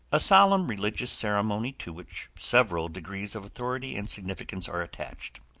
a solemn religious ceremony to which several degrees of authority and significance are attached.